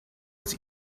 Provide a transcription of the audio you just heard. its